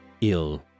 ill